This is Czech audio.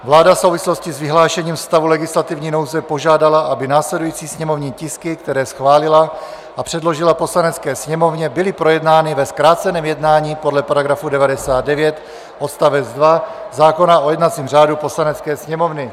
Vláda v souvislosti s vyhlášením stavu legislativní nouze požádala, aby následující sněmovní tisky, které schválila a předložila Poslanecké sněmovně, byly projednány ve zkráceném jednání podle § 99 odst. 2 zákona o jednacím řádu Poslanecké sněmovny.